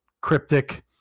cryptic